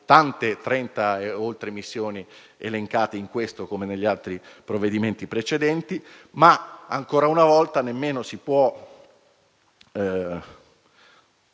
tante - 30 e oltre - missioni elencate in questo, come negli altri provvedimenti precedenti. Ancora una volta, nemmeno si può